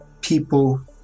people